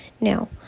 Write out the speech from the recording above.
Now